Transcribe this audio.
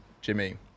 Jimmy